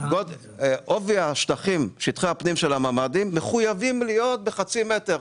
עובי שטחי הפנים של הממ"דים מחויב להיות חצי מטר.